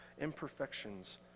imperfections